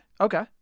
Okay